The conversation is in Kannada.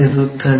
ಇರುತ್ತದೆ